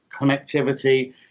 connectivity